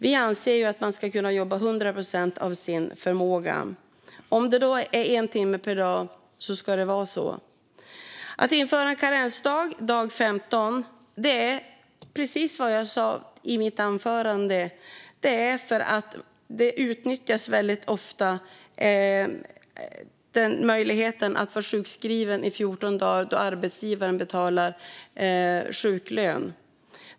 Vi anser att man ska kunna jobba till hundra procent av sin förmåga - om det är en timme per dag ska det vara så. Anledningen till att vi vill införa en karensdag dag 15 är, precis som jag sa i mitt anförande, att möjligheten att vara sjukskriven i 14 dagar, då arbetsgivaren betalar sjuklön, väldigt ofta utnyttjas.